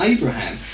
Abraham